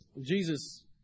Jesus